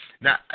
Now